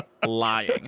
lying